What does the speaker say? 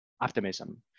optimism